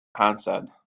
answered